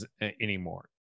anymore